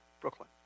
Brooklyn